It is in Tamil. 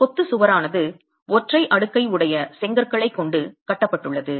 கொத்துச் சுவரானது ஒற்றை அடுக்கை உடைய செங்கற்களைக் கொண்டு கட்டப்பட்டுள்ளது